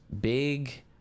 big